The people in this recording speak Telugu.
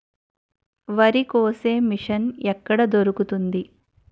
వరి కోసే మిషన్ ఎక్కడ దొరుకుతుంది?